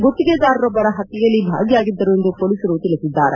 ಗುತ್ತಿಗೆದಾರರೊಬ್ಬರ ಹತ್ಕೆಯಲ್ಲಿ ಭಾಗಿಯಾಗಿದ್ದರು ಎಂದು ಮೊಲೀಸರು ತಿಳಿಸಿದ್ದಾರೆ